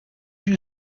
you